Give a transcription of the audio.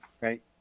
right